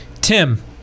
Tim